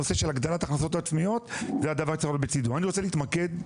הנושא של הגדלת ההכנסות העצמיות --- אני רוצה להתמקד,